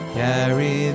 carry